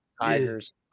Tigers